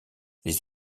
les